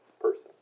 person